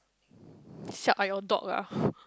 siak ah you are dog ah